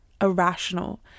irrational